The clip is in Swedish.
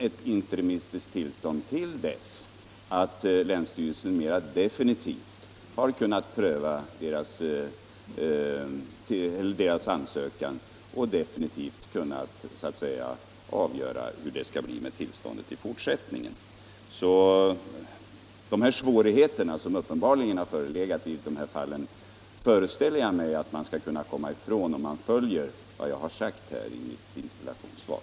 Ett interimistiskt tillstånd bör lämnas till dess länsstyrelsen mer definitivt kunnat pröva ansökan. Jag föreställer mig att man skall kunna komma ifrån de svårigheter som uppenbarligen har förelegat i de här fallen om man följer vad jag har sagt i mitt interpellationssvar.